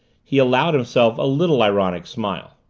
he allowed himself a little ironic smile.